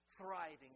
thriving